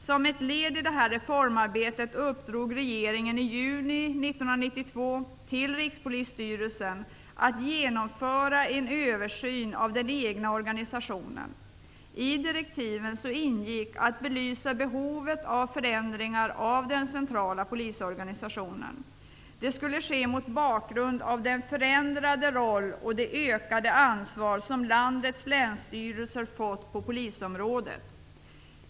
Som ett led i reformarbetet uppdrog regeringen i juni 1992 till Rikspolisstyrelsen att genomföra en översyn av den egna organisationen. I direktiven ingick att belysa behovet av förändringar av den centrala polisorganisationen. Det skulle ske mot bakgrund av den förändrade roll och det ökade ansvar som landets länsstyrelser fått på polisområdet.